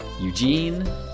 Eugene